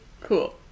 Cool